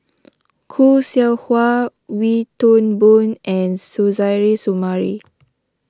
Khoo Seow Hwa Wee Toon Boon and Suzairhe Sumari